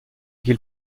qu’il